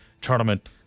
tournament